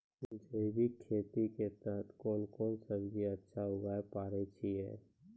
जैविक खेती के तहत कोंन कोंन सब्जी अच्छा उगावय पारे छिय?